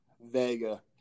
Vega